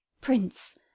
Prince